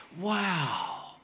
Wow